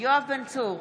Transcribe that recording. יואב בן צור,